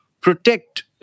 protect